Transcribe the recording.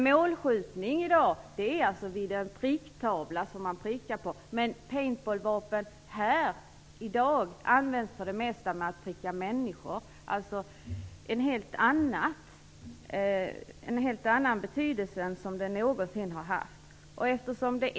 Målskjutning innebär att man står vid en måltavla och skjuter prick, men paintball-vapen används i dag för det mesta för att pricka människor. Det är alltså en helt annan användning än dessa vapen har haft tidigare.